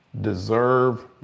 deserve